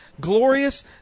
glorious